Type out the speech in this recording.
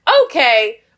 okay